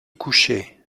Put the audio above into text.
coucher